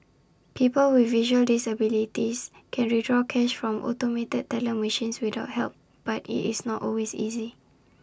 people with visual disabilities can withdraw cash from automated teller machines without help but IT is not always easy